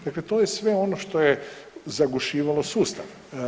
Dakle, to je sve ono što je zagušivalo sustav.